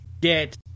get